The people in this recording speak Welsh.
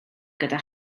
gyda